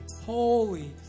holy